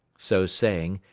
so saying,